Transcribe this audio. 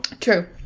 True